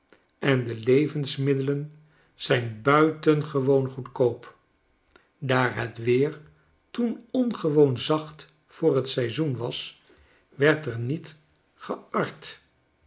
en de levensmiddelen zijn buitengewoon goedkoop daar het weer toen ongewoon zacht voor t seizoen was werd er niet geard